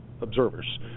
observers